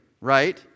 right